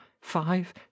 five